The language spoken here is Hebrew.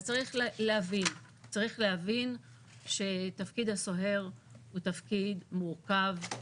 אז צריך להבין שתפקיד הסוהר הוא תפקיד מורכב,